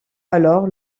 alors